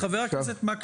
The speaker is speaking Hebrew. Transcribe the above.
שבות.